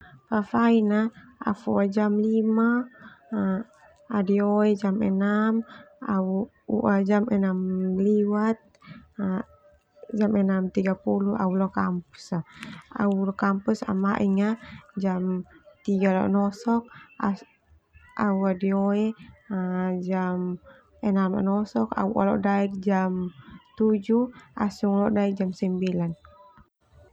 Fafaina au foa jam lima au adio oe jam enam au ua kakau jam enam liwat au lao leo kampus ama.